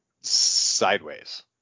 sideways